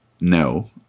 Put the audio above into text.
no